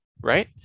right